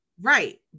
Right